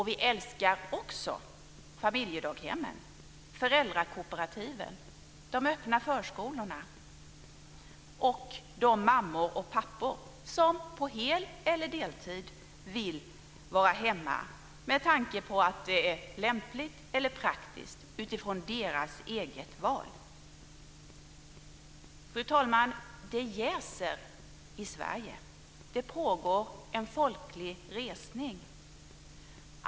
Vi älskar också familjedaghemmen, föräldrakooperativen, de öppna förskolorna och de mammor och pappor som på hel eller deltid vill vara hemma därför att det är lämpligt eller praktiskt utifrån deras eget val. Fru talman! Det jäser i Sverige. Det pågår en folklig resning.